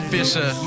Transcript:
Fisher